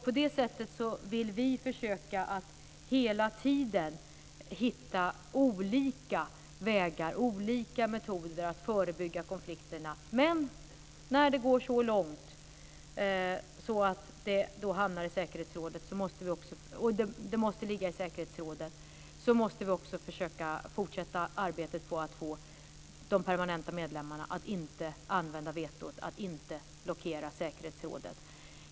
På det sättet vill vi försöka att hela tiden hitta olika vägar, olika metoder, för att förebygga konflikterna. Men när det går så långt att det måste ligga i säkerhetsrådet måste vi också försöka fortsätta arbetet med att få de permanenta medlemmarna att inte använda vetot, att inte blockera säkerhetsrådet.